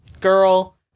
girl